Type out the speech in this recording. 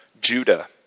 Judah